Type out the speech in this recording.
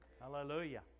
Hallelujah